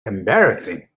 embarrassing